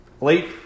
Late